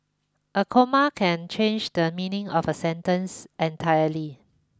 a comma can change the meaning of a sentence entirely